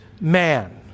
man